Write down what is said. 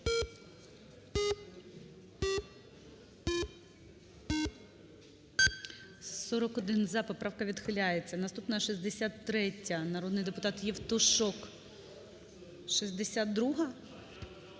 За-41 Поправка відхиляється. Наступна 63-я. Народний депутат Євтушок. 62-а?